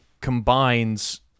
combines